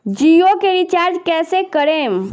जियो के रीचार्ज कैसे करेम?